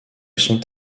sont